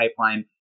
pipeline